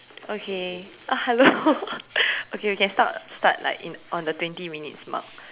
okay uh hello okay we can start start like in on the twenty minutes mark